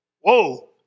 Whoa